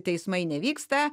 teismai nevyksta